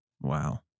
Wow